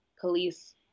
police